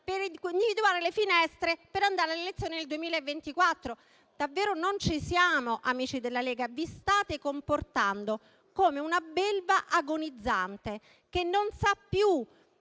per individuare le finestre per andare alle elezioni nel 2024. Davvero non ci siamo, amici della Lega. Vi state comportando come una belva agonizzante, che non sa più